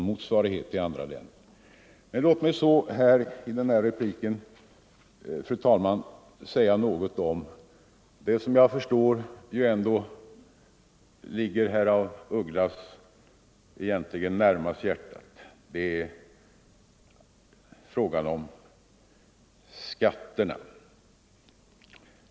Men låt mig så, fru talman, säga något om det som jag förstår ligger herr af Ugglas närmast hjärtat — frågan om skatterna.